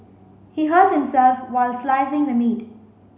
he hurt himself while slicing the meat